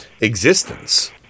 existence